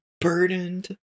burdened